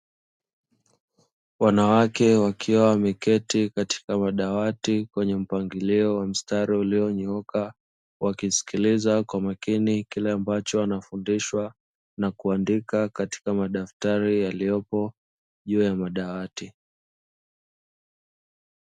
Wanawake wakiwa wameketi katika madawati kwenye mpangilio wa mstari ulio nyooka, wakisikiliza kwa makini kile ambacho wanafundishwa na kuandika katika madaftari yaliyopo juu ya madawati.